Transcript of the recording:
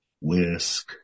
whisk